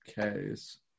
case